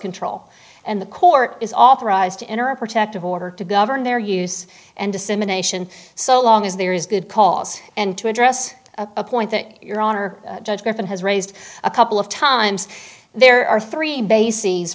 control and the court is authorized to enter a protective order to govern their use and dissemination so long as there is good cause and to address a point that your honor judge griffin has raised a couple of times there are three bases